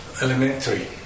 elementary